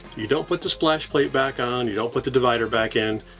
you don't put the splash plate back on. you don't put the divider back in.